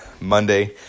Monday